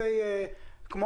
כמו